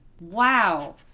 Wow